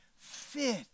fit